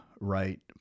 right